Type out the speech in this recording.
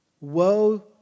Woe